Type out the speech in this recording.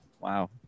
Wow